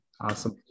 awesome